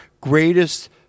greatest